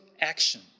action